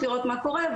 לראות מה קורה,